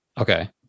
Okay